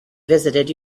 visited